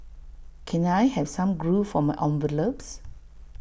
can I have some glue for my envelopes